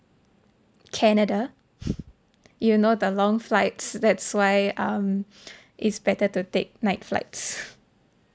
canada you know the long flights that's why um it's better to take night flights